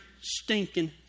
stinking